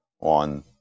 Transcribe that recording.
on